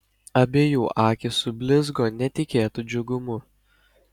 abiejų akys sublizgo netikėtu džiugumu